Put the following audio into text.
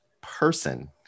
person